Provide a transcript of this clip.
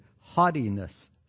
haughtiness